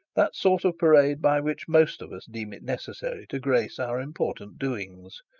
that sort of parade by which most of us deem it necessary to grace our important doings.